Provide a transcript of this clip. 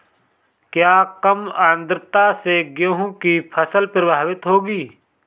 क्या कम आर्द्रता से गेहूँ की फसल प्रभावित होगी?